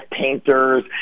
painters